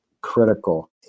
critical